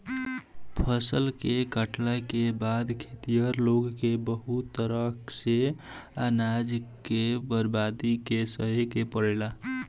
फसल के काटला के बाद खेतिहर लोग के बहुत तरह से अनाज के बर्बादी के सहे के पड़ेला